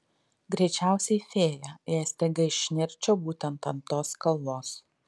greičiausiai fėja jei staiga išnirčiau būtent ant tos kalvos